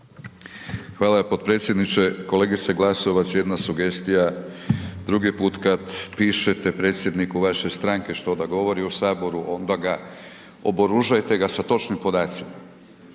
Hvala potpredsjedniče. Kolegice Glasovac, jedna sugestija, drugi put kad pišete predsjedniku vaše stranke što da govori u Saboru onda ga, oboružajte ga sa točnim podacima.